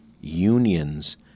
unions